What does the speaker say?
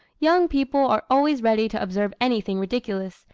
young people are always ready to observe anything ridiculous,